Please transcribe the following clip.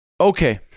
Okay